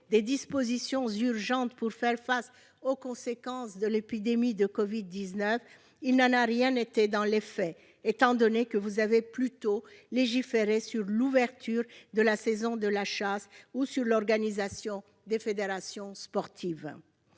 des dispositions urgentes pour faire face aux conséquences de l'épidémie de Covid-19, il n'en a rien été dans les faits, étant donné que vous avez plutôt légiféré sur l'ouverture de la saison de la chasse ou sur l'organisation des fédérations sportives.